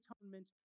atonement